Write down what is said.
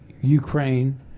Ukraine